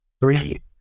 three